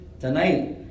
tonight